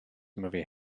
movie